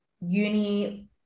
uni